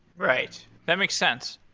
right. that makes sense.